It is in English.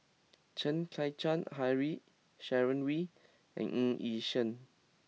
Chen Kezhan Henri Sharon Wee and Ng Yi Sheng